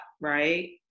right